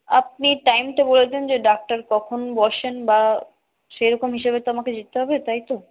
আপনি টাইমটা বলে দিন যে ডাক্তার কখন বসেন বা সেরকম হিসেবে তো আমাকে যেতে হবে তাই তো